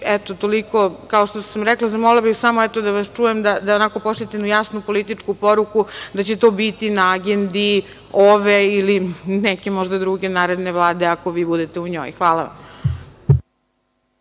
to. Eto, toliko. Kao što sam rekla, zamolila bih samo da vas čujem, da pošaljete jednu jasnu političku poruku da će to biti na agendi ove ili neke možda druge naredne Vlade, ako vi budete u njoj. Hvala vam.